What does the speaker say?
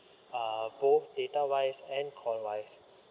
uh both data wise and call wise